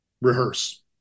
rehearse